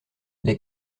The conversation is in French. les